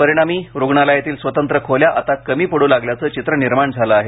परिणामी रुग्णालयातील स्वतंत्र खोल्या आता कमी पड्र लागल्याचं चित्र निर्माण झालं आहे